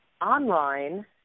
online